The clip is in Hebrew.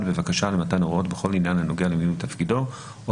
בבקשה למתן הוראות בכל עניין הנוגע למילוי תפקידו או